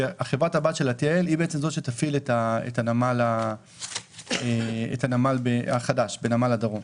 שחברת הבת שלה היא בעצם זו שתפעיל את הנמל החדש בדרום.